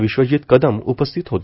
विश्वजित कदम उपस्थित होते